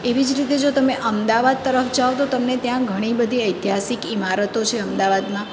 એવી જ રીતે જો તમે અમદાવાદ તરફ જાઓ તો તમને ત્યાં ઘણી બધી ઐતિહાસિક ઇમારતો છે અમદાવાદમાં